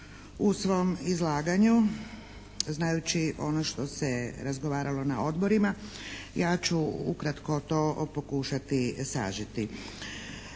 u svom izlaganju, znajući ono što se razgovaralo na odborima. Ja ću ukratko to pokušati sažeti.